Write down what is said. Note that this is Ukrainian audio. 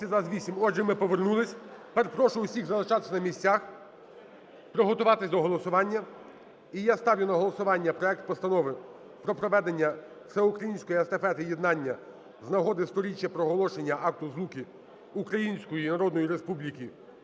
Отже ми повернулись. Тепер прошу всіх залишатись на місцях, приготуватись до голосування. І я ставлю на голосування проект Постанови про проведення Всеукраїнської Естафети Єднання з нагоди 100-річчя проголошення Акта Злуки Української Народної Республіки